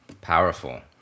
Powerful